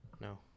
No